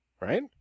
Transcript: Right